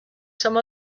some